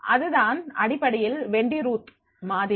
இதுதான் அடிப்படையில் வென்டி ரூத் மாதிரி